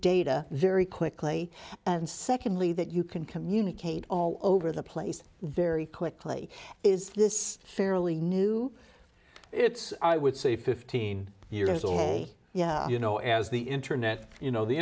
quickly and secondly that you can communicate all over the place very quickly is this fairly new it's i would say fifteen years old yeah you know as the internet you know the